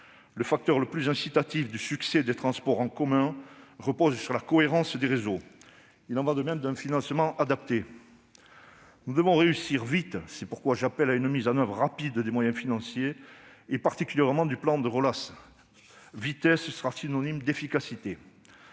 Le facteur le plus incitatif du succès des transports en commun repose sur la cohérence des réseaux, de même que sur un financement adapté. Nous devons réussir vite. C'est pourquoi j'appelle à une mise en oeuvre rapide des moyens financiers, particulièrement du plan de relance. Vitesse sera synonyme d'efficacité.